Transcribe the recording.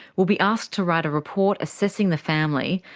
will be asked to write a report assessing the family,